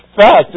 fact